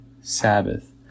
Sabbath